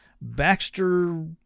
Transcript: Baxter